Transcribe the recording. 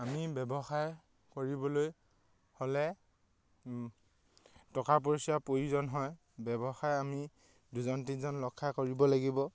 আমি ব্যৱসায় কৰিবলৈ হ'লে টকা পইচাৰ প্ৰয়োজন হয় ব্যৱসায় আমি দুজন তিনিজন লগখাই কৰিব লাগিব